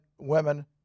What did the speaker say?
women